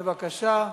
בבקשה.